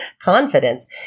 confidence